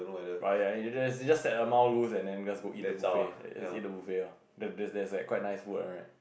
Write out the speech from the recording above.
but ya if there's just set an amount lose and then just go eat the buffet just eat the buffet there there there's like quite nice food one right